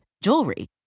jewelry